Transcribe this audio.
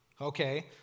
Okay